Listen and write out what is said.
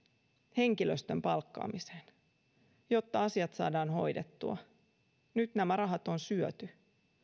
henkilöstön palkkaamiseen jotta asiat saadaan hoidettua nyt nämä rahat on syöty